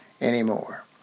anymore